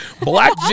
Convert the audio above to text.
Black